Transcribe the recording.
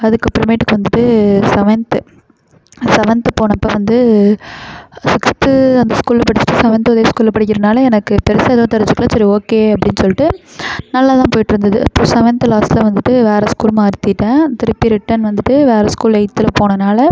அதுக்கு அப்புறமேட்டுக்கு வந்துட்டு செவென்த்து செவென்த்து போனப்போ வந்து சிக்ஸ்த்து அந்த ஸ்கூலில் படிச்சுட்டு செவென்த்து அதே ஸ்கூலில் படிக்கிறதுனால எனக்கு பெரிசா எதுவும் தெரிஞ்சிக்கலை சரி ஓகே அப்படின்னு சொல்லிட்டு நல்லாதான் போயிட்டுருந்தது அப்புறம் செவென்த்து லாஸ்ட்டில் வந்துட்டு வேறு ஸ்கூல் மாற்றிட்டேன் திருப்பி ரிட்டன் வந்துட்டு வேறு ஸ்கூல் எயித்தில் போனனால